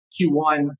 Q1